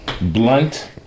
blunt